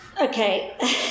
Okay